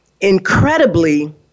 Incredibly